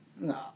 No